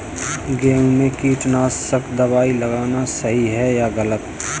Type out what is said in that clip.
गेहूँ में कीटनाशक दबाई लगाना सही है या गलत?